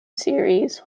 series